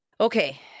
Okay